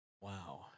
Wow